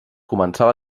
començava